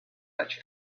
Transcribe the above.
much